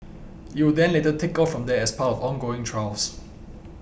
it will then later take off from there as part of ongoing trials